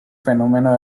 fenómeno